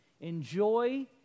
enjoy